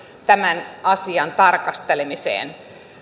tämän asian tarkastelemiseen